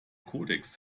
kodex